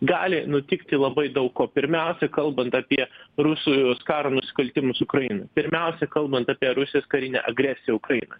gali nutikti labai daug ko pirmiausia kalbant apie rusų karo nusikaltimus ukrainai pirmiausia kalbant apie rusijos karinę agresiją ukrainoj